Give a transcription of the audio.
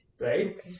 right